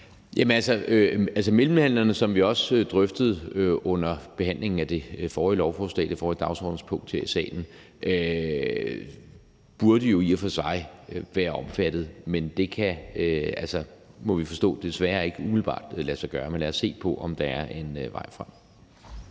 Jørgensen (V): Mellemhandlere, som vi også drøftede under behandlingen af det forrige lovforslag, altså det forrige dagsordenspunkt her i salen, burde jo i og for sig være omfattet, men det kan altså, må vi forstå, desværre ikke umiddelbart lade sig gøre. Men lad os se på, om der er en vej frem.